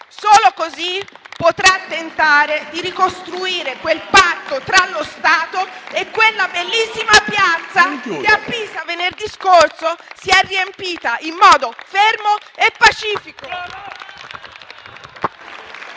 Solo così potrà tentare di ricostruire quel patto tra lo Stato e quella bellissima piazza che a Pisa venerdì scorso si è riempita in modo fermo e pacifico.